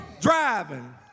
driving